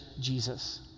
Jesus